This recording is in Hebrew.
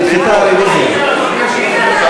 נדחתה הרוויזיה.